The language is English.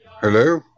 Hello